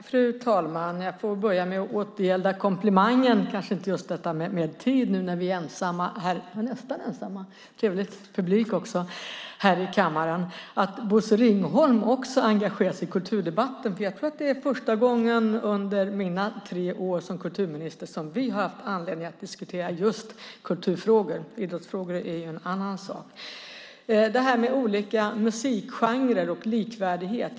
Fru talman! Låt mig börja med att återgälda komplimangen, men kanske inte när det gäller tiden, nu när vi är nästan ensamma här i kammaren. Det finns en trevlig publik här också. Det är trevligt att Bosse Ringholm också engagerar sig i kulturdebatten. Jag tror att det är första gången under mina tre år som kulturminister som vi har haft anledning att diskutera just kulturfrågor. Idrottsfrågor är en annan sak. Låt mig säga något om det här med olika musikgenrer och likvärdighet.